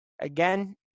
Again